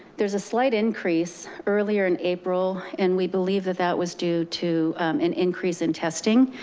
there's a slight increase earlier in april, and we believe that that was due to an increase in testing.